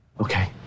Okay